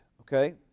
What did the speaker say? okay